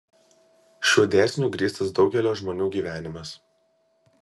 šiuo dėsniu grįstas daugelio žmonių gyvenimas